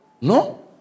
no